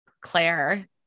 Claire